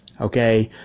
okay